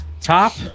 Top